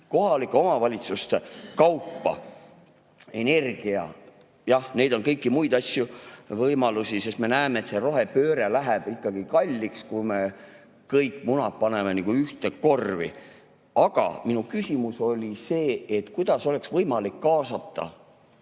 kohalike omavalitsuste kaupa. Energia, jah, ka neid kõiki muid asju, võimalusi, sest me näeme, et rohepööre läheb ikkagi kalliks, kui me kõik munad paneme ühte korvi. Aga minu küsimus on see, kuidas oleks võimalik kaasata